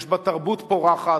יש בה תרבות פורחת,